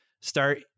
start